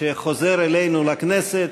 שחוזר אלינו לכנסת.